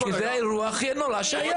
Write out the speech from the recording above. כי זה לא היה, זה האירוע הכי נורא שקרה.